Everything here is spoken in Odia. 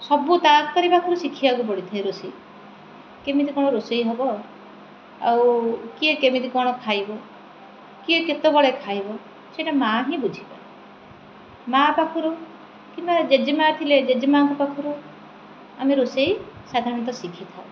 ସବୁ ତା ପରିବା ଶିଖିବାକୁ ପଡ଼ିଥାଏ ରୋଷେଇ କେମିତି କ'ଣ ରୋଷେଇ ହେବ ଆଉ କିଏ କେମିତି କ'ଣ ଖାଇବ କିଏ କେତେବେଳେ ଖାଇବ ସେଇଟା ମା ହିଁ ବୁଝିପାରେ ମା ପାଖରୁ କିମ୍ବା ଜେଜେମା ଥିଲେ ଜେଜେମାଙ୍କ ପାଖରୁ ଆମେ ରୋଷେଇ ସାଧାରଣତଃ ଶିଖିଥାଉ